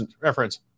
reference